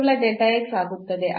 ಕೇವಲ ಆಗುತ್ತದೆ